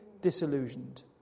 disillusioned